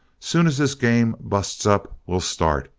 soon as this game busts up we'll start.